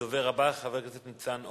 הדובר הבא, חבר הכנסת ניצן הורוביץ,